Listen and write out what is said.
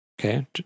Okay